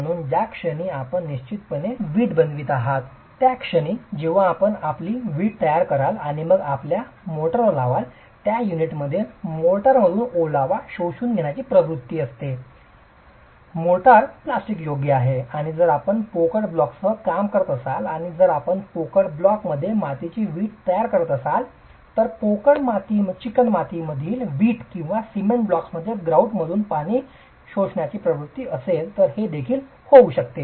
म्हणून ज्या क्षणी आपण निश्चितपणे वीट बनवित आहात त्या क्षणी जेव्हा आपण आपली वीट तयार कराल आणि मग आपण त्यावर मोर्टार लावाल त्या युनिटमध्ये मोर्टारमधून ओलावा शोषून घेण्याची प्रवृत्ती असते मोर्टार प्लास्टिक योग्य आहे आणि जर आपण पोकळ ब्लॉक्ससह काम करत असाल आणि जर आपण पोकळ ब्लॉकमध्ये मातीची वीट तयार करत असाल तर पोकळ चिकणमाती वीट किंवा सिमेंट ब्लॉकमध्ये ग्रॉउटमधून पाणी शोषण्याची प्रवृत्ती असेल तर हे देखील होऊ शकते